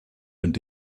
and